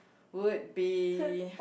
would be